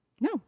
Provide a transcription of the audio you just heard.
no